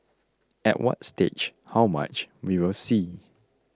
at what stage how much we will see